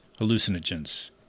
hallucinogens